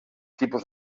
tipus